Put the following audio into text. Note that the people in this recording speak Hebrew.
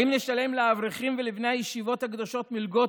האם נשלם לאברכים ולבני הישיבות הקדושות מלגות